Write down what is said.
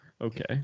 okay